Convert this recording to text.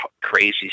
crazy